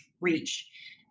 reach